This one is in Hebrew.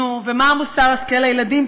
נו, ומה מוסר ההשכל לילדים?